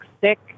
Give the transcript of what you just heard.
sick